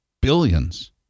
billions